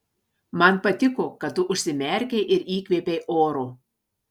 man patiko kad tu užsimerkei ir įkvėpei oro